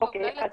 אנחנו